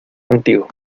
contigo